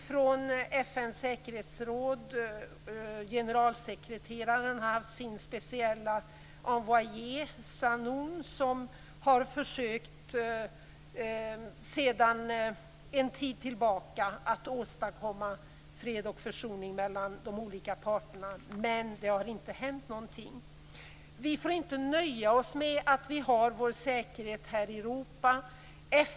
FN:s generalsekreterares speciella envoyé Sahnoun har sedan en tid tillbaka försökt att åstadkomma fred och försoning mellan de olika parterna, men det har inte hänt någonting. Vi får inte nöja oss med att vi har vår säkerhet här i Europa.